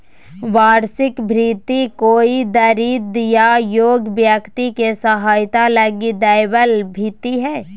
वार्षिक भृति कोई दरिद्र या योग्य व्यक्ति के सहायता लगी दैबल भित्ती हइ